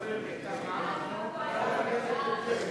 איסור מכירת מוצר באריזת גופייה לא מתכלה או באריזת שירות